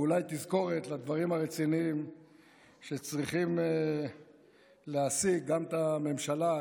ואולי תזכורת לדברים הרציניים שצריכים להעסיק גם את הממשלה,